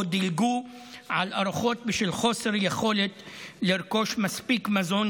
דילגו על ארוחות בשל חוסר יכולת לרכוש מספיק מזון,